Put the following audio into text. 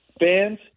fans